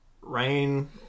rain